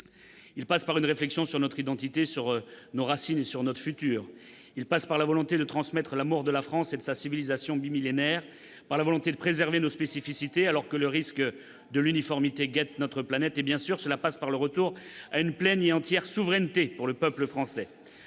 Il passe par une réflexion sur notre identité, sur nos racines et sur notre futur. Il passe par la volonté de transmettre l'amour de la France et de sa civilisation bimillénaire, par la volonté de préserver nos spécificités alors que le risque de l'uniformité guette notre planète, et, bien sûr, par le retour à une pleine et entière souveraineté du peuple français.